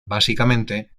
básicamente